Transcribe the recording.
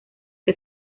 que